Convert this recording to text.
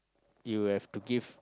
you will have to give